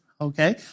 okay